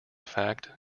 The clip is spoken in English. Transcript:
fact